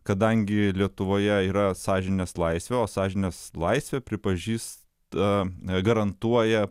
kadangi lietuvoje yra sąžinės laisvė o sąžinės laisvę pripažįsta garantuoja